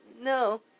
no